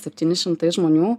septyni šimtai žmonių